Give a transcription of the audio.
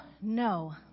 no